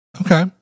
Okay